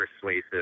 persuasive